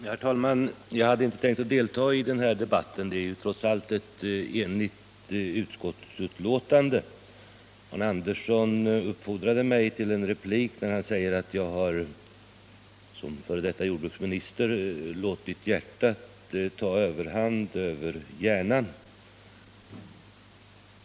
Herr talman! Jag hade inte tänkt delta i den här debatten — utskottsbetänkandet är ju trots allt enhälligt. Men Arne Andersson i Ljung uppfordrade mig till en replik när han sade att jag som f. d. jordbruksminister hade låtit hjärtat ta överhanden över hjärnan.